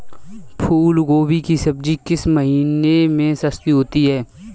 फूल गोभी की सब्जी किस महीने में सस्ती होती है?